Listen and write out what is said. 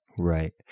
Right